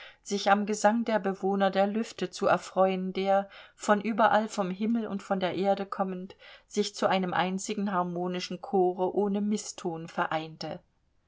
sich am gesang der bewohner der lüfte zu erfreuen der von überall vom himmel und von der erde kommend sich zu einem einzigen harmonischen chore ohne mißton vereinte